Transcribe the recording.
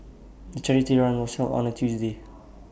the charity run was held on A Tuesday